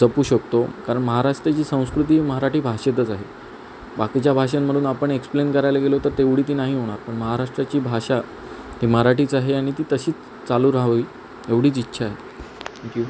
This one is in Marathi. जपू शकतो कारण महाराष्ट्राची संस्कृती मराठी भाषेतच आहे बाकीच्या भाषांमधून आपण एक्सप्लेन करायला गेलो तर तेवढी ती नाही होणार पण महाराष्ट्राची भाषा ही मराठीच आहे आणि ती तशीच चालू राहावी एवढीच इच्छा आहे थँक्यू